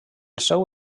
seu